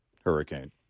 hurricane